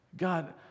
God